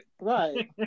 Right